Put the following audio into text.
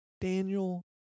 daniel